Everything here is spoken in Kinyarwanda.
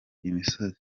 imisozi